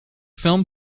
film